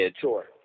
Sure